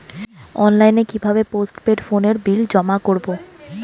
অনলাইনে কি ভাবে পোস্টপেড ফোনের বিল জমা করব?